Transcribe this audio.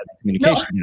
communication